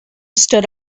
stood